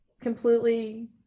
completely